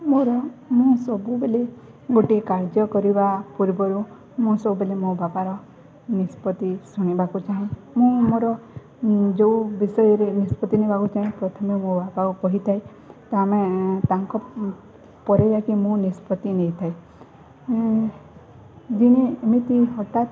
ମୋର ମୁଁ ସବୁବେଳେ ଗୋଟିଏ କାର୍ଯ୍ୟ କରିବା ପୂର୍ବରୁ ମୁଁ ସବୁବେଳେ ମୋ ବାପାର ନିଷ୍ପତ୍ତି ଶୁଣିବାକୁ ଚାହେଁ ମୁଁ ମୋର ଯେଉଁ ବିଷୟରେ ନିଷ୍ପତ୍ତି ନେବାକୁ ଚାହେଁ ପ୍ରଥମେ ମୋ ବାପାକୁ କହିଥାଏ ତୁମେ ତାଙ୍କ ପରେ ଯାଇକି ମୁଁ ନିଷ୍ପତ୍ତି ନେଇଥାଏ ଦିନେ ଏମିତି ହଠାତ୍